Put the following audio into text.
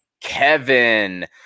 Kevin